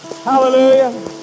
Hallelujah